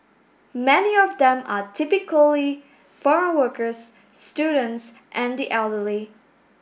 many of them are typically foreign workers students and the elderly